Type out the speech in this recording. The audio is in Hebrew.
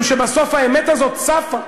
משום שבסוף האמת הזאת צפה.